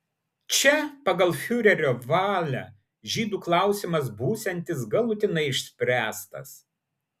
čia pagal fiurerio valią žydų klausimas būsiantis galutinai išspręstas